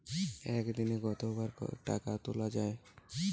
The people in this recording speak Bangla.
একদিনে কতবার টাকা তোলা য়ায়?